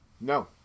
No